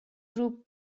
group